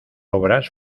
obras